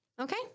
Okay